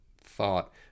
thought